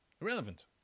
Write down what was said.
Irrelevant